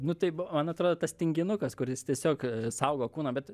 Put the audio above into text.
nu tai b man atrodo tas tinginukas kuris tiesiog saugo kūną bet